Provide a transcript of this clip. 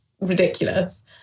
ridiculous